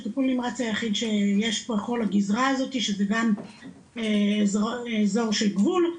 הטיפול נמרץ היחיד שיש בכל הגזרה הזאת שזה גם אזור של גבול,